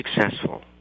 successful